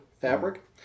fabric